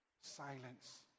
silence